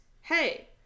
Hey